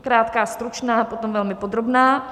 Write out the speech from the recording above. Krátká a stručná a potom velmi podrobná.